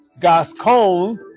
Gascon